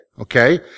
okay